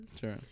Sure